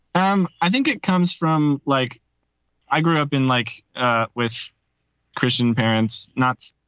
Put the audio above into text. um i think it comes from like i grew up in, like with christian parents, nuts,